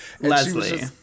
Leslie